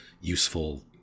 useful